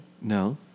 No